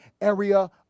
area